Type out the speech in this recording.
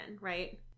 right